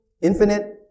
infinite